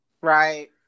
Right